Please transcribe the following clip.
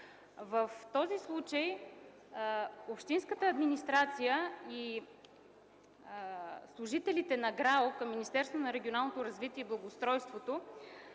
В този случай общинската администрация и служителите на ГРАО към Министерството